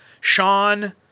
Sean